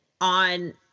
on